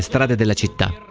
hundred and